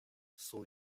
sont